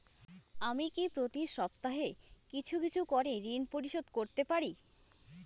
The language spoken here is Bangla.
আমি কি প্রতি সপ্তাহে কিছু কিছু করে ঋন পরিশোধ করতে পারি?